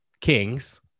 kings